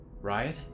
riot